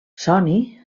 soni